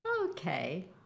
Okay